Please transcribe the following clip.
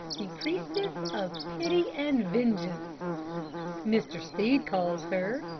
the priestess of pity and vengeance mr. stead calls her.